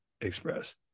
express